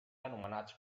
anomenats